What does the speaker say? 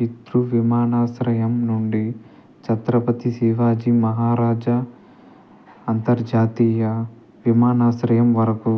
Heathrow విమానాశ్రయం నుండి ఛత్రపతి శివాజీ మహారాజా అంతర్జాతీయ విమానాశ్రయం వరకు